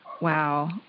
Wow